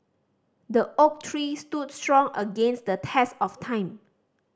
the oak tree stood strong against the test of time